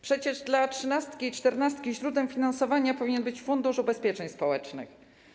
Przecież dla trzynastki i czternastki źródłem finansowania powinien być Fundusz Ubezpieczeń Społecznych.